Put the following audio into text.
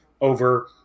over